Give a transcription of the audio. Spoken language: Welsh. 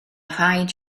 rhaid